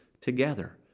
together